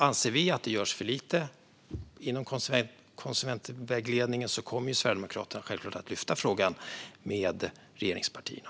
Anser vi att det görs för lite inom konsumentvägledningen kommer Sverigedemokraterna självklart att lyfta frågan med regeringspartierna.